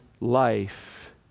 life